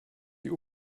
die